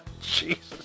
Jesus